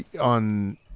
on